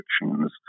restrictions